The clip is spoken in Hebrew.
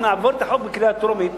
אם נעביר את החוק בקריאה טרומית,